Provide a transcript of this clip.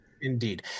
indeed